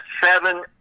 seven